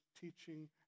teaching